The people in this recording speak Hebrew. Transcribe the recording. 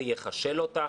זה יחשל אותך,